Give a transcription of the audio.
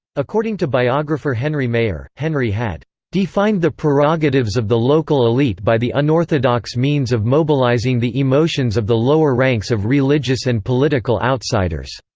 according to biographer henry mayer, henry had defined the prerogatives of the local elite by the unorthodox means of mobilizing the emotions of the lower ranks of religious and political outsiders.